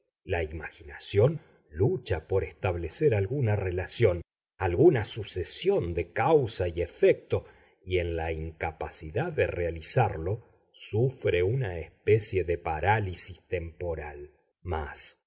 la imaginación lucha por establecer alguna relación alguna sucesión de causa y efecto y en la incapacidad de realizarlo sufre una especie de parálisis temporal mas